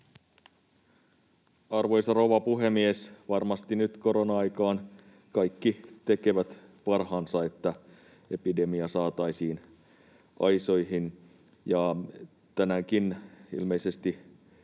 Arvoisa rouva puhemies! Varmasti nyt korona-aikaan kaikki tekevät parhaansa, että epidemia saataisiin aisoihin. Tänäänkin ilmeisesti